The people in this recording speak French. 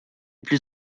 plus